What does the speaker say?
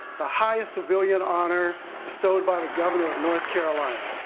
the highest civilian honor bestowed by the governor of north carolina.